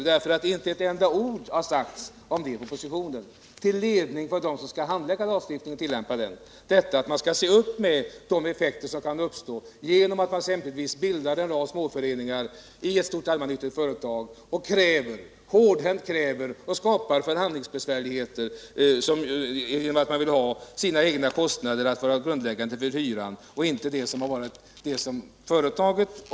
Om detta har det inte sagts ett enda ord i propositionen till vägledning för dem som skall handlägga och tillämpa lagstiftningen. Man måste se upp med de effekter som kan uppstå genom att det bildas en rad småföreningar exempelvis i ett allmännyttigt bostadsföretag. som hårdhänt kräver att få sina egna kostnader som grundläggande för hyran och inte det som företaget.